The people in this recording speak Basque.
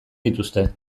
dituzte